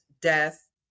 death